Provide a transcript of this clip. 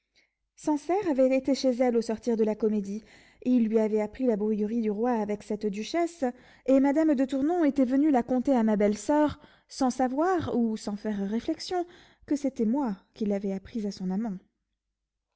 sancerre avait été chez elle au sortir de la comédie il lui avait appris la brouillerie du roi avec cette duchesse et madame de tournon était venue la conter à ma belle-soeur sans savoir ou sans faire réflexion que c'était moi qui l'avait apprise à son amant